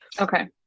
Okay